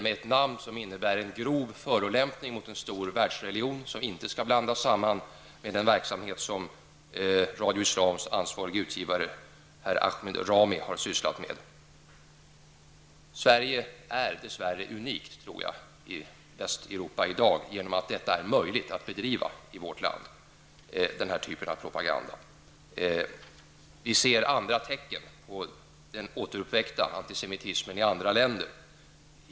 Det är ett namn som innebär en grov förelämpning mot en stor världsreligion som inte skall blandas samman med den verksamhet som Radio Islams ansvarige utgivare herr Ahmed Ramid har sysslat med. Sverige är nog dessvärre unikt i Västeuropa genom att det är möjligt att bedriva denna typ av propaganda i dag. Vi ser andra tecken på den återuppväckta antisemitismen i andra länder.